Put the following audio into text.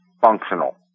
functional